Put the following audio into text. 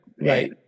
Right